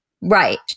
Right